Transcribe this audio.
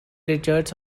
richards